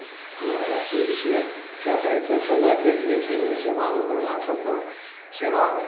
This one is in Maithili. मनोरञ्जनक चीज छियै किआ तऽ अइसँ समय कटि जाइ छै ने सेवामे रहलासँ तऽ सेवा